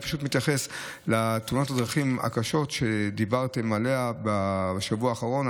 אני פשוט מתייחס לתאונות הדרכים הקשות שדיברתם עליהן בשבוע האחרון,